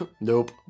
Nope